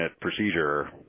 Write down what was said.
procedure